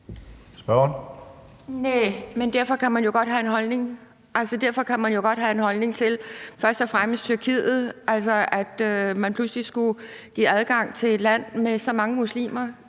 Derfor kan man jo godt have en holdning til først og fremmest Tyrkiet, altså, at man pludselig skulle give adgang til et land med så mange muslimer.